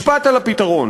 משפט על הפתרון.